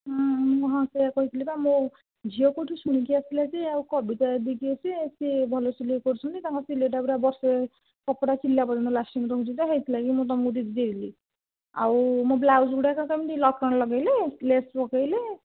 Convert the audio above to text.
ହଁ ମୁ ସେଇୟା କହିଥିଲି ପା ମୋ ଝିଅ କେଉଁଠୁ ଶୁଣିକି ଆସିଥିଲା ଯେ ଆଉ କବିତା ଦିଦି କିଏ ସେ ଭଲ ସିଲେଇ କରୁଛନ୍ତି ତାଙ୍କ ସିଲେଇଟା ପୁରା ବର୍ଷେ କପଡ଼ା ଚିରିଲା ପର୍ଯ୍ୟନ୍ତ ଲାଷ୍ଟିଙ୍ଗ୍ ଦେଉଛି ହେଥି ଲାଗି ମୁଁ ତୁମକୁ ଦେଇଦେଲି ଆଉ ମୋ ବ୍ଲାଉଜ୍ଗୁଡ଼ାକ କେମିତି ଲଟ୍କନ୍ ଲଗାଇଲେ ଲେସ୍ ଲଗାଇଲେ